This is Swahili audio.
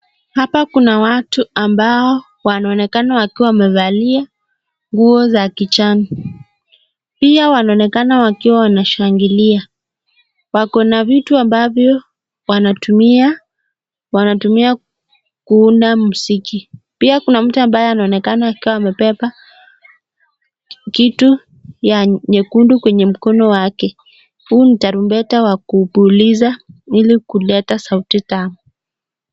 Hapa kuna watu ambao wanaoonekana wakiwa wamevalia nguo za kujani, pia wanaonekana wakiwa wanashangilia, wako na vitu ambavyo wanatumia kuunda mziki, pia kuna mtu ambaye anaonekana akiwa amebeba kitu ya nyekundu katika mkono wake, huu ni tarunbete ya kupiliza ili kuleta sauti tamu.